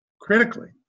critically